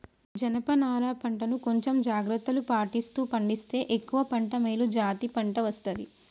జనప నారా పంట ను కొంచెం జాగ్రత్తలు పాటిస్తూ పండిస్తే ఎక్కువ పంట మేలు జాతి పంట వస్తది